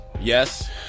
Yes